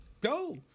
Go